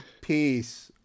Peace